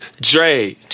Dre